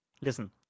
Listen